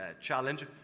challenge